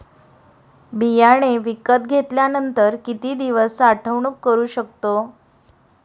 बियाणे विकत घेतल्यानंतर किती दिवस साठवणूक करू शकतो?